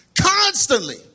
Constantly